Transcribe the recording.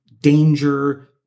danger